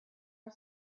are